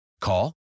Call